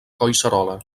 collserola